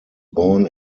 born